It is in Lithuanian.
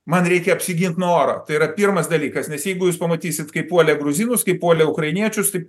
man reikia apsigint nuo oro tai yra pirmas dalykas nes jeigu jūs pamatysit kaip puolė gruzinus kaip puolė ukrainiečius tai